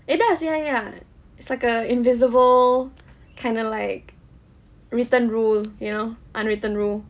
it does ya ya it's like a invisible kind of like written rule you know unwritten rule